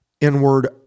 inward